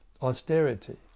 austerity